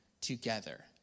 together